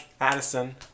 Addison